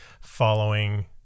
following